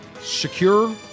Secure